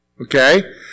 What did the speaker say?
Okay